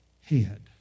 head